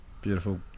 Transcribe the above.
beautiful